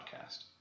podcast